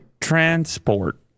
transport